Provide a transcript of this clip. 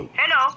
hello